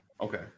okay